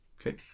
Okay